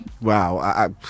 Wow